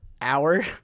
hour